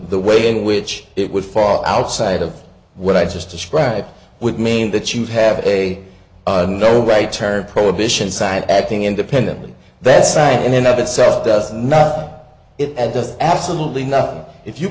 the way in which it would fall outside of what i just described would mean that you have a no right turn prohibition sign acting independently that's right and then that itself does not it and does absolutely nothing if you